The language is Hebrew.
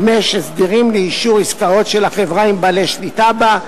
5. הסדרים לאישור עסקאות של החברה עם בעל שליטה בה,